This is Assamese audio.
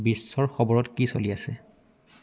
বিশ্বৰ খবৰত কি চলি আছে